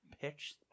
pitch